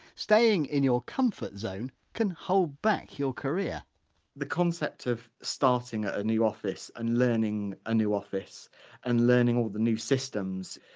staying in your comfort zone can hold back your career the concept of starting at a new office and learning a new office and learning all the new systems,